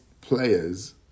players